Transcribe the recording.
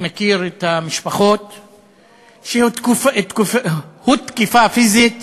אני מכיר את המשפחות, שהותקפה פיזית